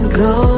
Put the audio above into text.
go